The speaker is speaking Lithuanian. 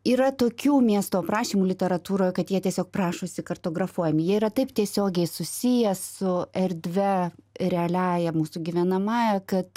yra tokių miesto aprašymų literatūroj kad jie tiesiog prašosi kartografuojami jie yra taip tiesiogiai susiję su erdve realiąja mūsų gyvenamąja kad